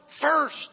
first